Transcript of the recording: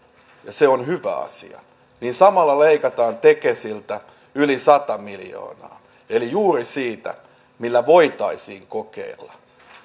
se on hyvä asia niin samalla leikataan tekesiltä yli sata miljoonaa eli juuri siitä millä voitaisiin kokeilla